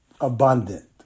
abundant